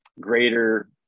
greater